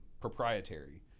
proprietary